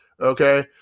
okay